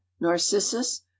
narcissus